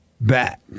back